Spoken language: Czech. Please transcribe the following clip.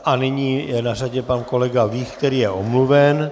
A nyní je na řadě pan kolega Vích, který je omluven.